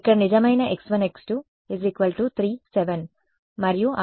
ఇది 0 0 విలువల 2 D ప్లాట్గా ఉన్న రేఖాచిత్రం ||s − GS Ux||2